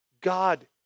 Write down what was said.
God